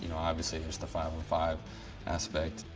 you know obviously there's the five on five aspect.